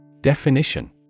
Definition